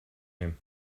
him